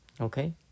Okay